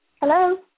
Hello